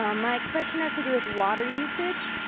um my question has to do with water usage.